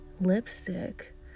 lipstick